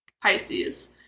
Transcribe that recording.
Pisces